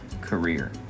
career